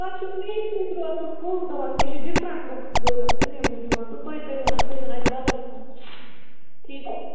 توہہِ چھُو مے سۭتۍ روزُن فُل دۄہَس مےٚ چھِ ڈِفرَنٛٹ لُک ضوٚرَتھ تٔمی موجوٗب تہٕ تُہۍ کٔرِوُن اَتہِ تھٲیِوُن اَتہِ بدل کانٛہہ ٹھیٖک چھا